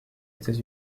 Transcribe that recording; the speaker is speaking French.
états